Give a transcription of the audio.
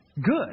good